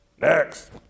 next